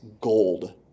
gold